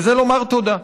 וזה לומר תודה.